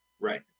Right